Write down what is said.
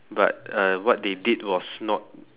but uh what they did was not